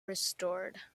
restored